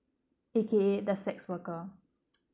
A_K_A the sex worker